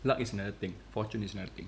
luck is another thing fortune is another thing